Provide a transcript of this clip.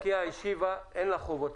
ארקיע השיבה, אין לה חובות.